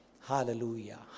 Hallelujah